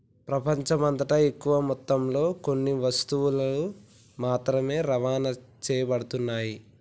ప్రపంచమంతటా ఎక్కువ మొత్తంలో కొన్ని వస్తువులు మాత్రమే రవాణా చేయబడుతున్నాయి